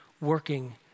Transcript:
working